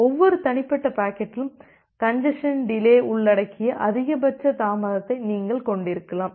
ஒவ்வொரு தனிப்பட்ட பாக்கெட்டிலும் கஞ்ஜசன் டிலேய் உள்ளடக்கிய அதிகபட்ச தாமதத்தை நீங்கள் கொண்டிருக்கலாம்